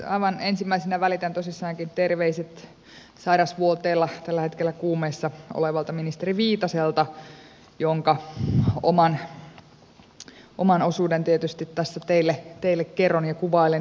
aivan ensimmäisenä välitän tosissaankin terveiset sairasvuoteella tällä hetkellä kuumeessa olevalta ministeri viitaselta jonka oman osuuden tietysti tässä teille kerron ja kuvailen